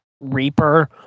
Reaper